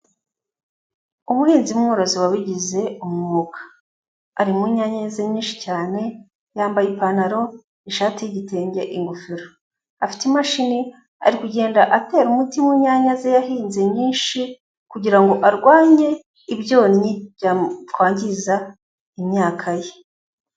Umuhinzi mworozi wabigize umwuga, ari mu nyanya ze nyinshi cyane, yambaye ipantaro, ishati y'igitenge, ingofero, afite imashini ari kugenda atera umuti w'inyanya ze yahinze nyinshi, kugira ngo arwanye ibyonnyi byakwangiza imyaka ye.